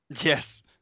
Yes